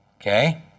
okay